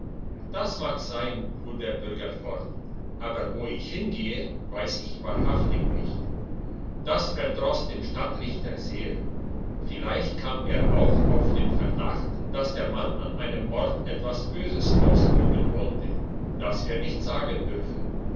das mag sein fuhr der bürger fort aber wo ich hingehe weiss ich wahrhaftig nicht das verdross den stadtrichter sehr vielleicht kam er auch auf den verdacht dass der mann an einem ort etwas böses ausüben wollte das er nicht sagen dürfe